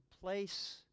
place